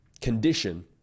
condition